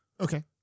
Okay